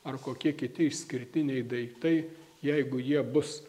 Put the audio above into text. ar kokie kiti išskirtiniai daiktai jeigu jie bus